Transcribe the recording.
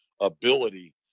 ability